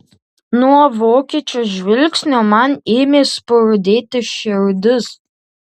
nuo vokiečio žvilgsnio man ėmė spurdėti širdis